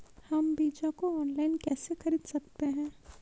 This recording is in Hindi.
हम बीजों को ऑनलाइन कैसे खरीद सकते हैं?